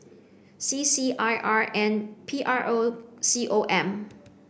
C C I R and P R O C O M